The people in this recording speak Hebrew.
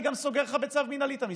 אני גם סוגר לך בצו מינהלי את המסעדה,